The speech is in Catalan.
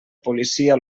policia